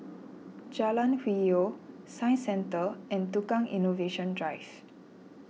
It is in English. Jalan Hwi Yoh Science Centre and Tukang Innovation Drive